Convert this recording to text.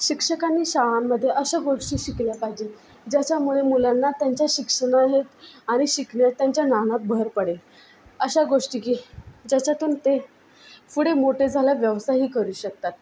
शिक्षकांनी शाळांमध्ये अशा गोष्टी शिकवल्या पाहिजेत ज्याच्यामुळे मुलांना त्यांच्या शिक्षण हे आणि शिकण्यात त्यांच्या ज्ञानात भर पडेल अशा गोष्टी की ज्याच्यातून ते पुढे मोठे झाल्यावर व्यवसायही करू शकतात